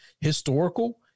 historical